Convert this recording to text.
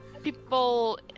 People